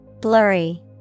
Blurry